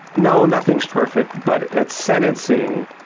no, nothing is perfect, but at sentencing,